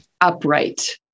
upright